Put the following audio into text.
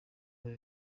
bihe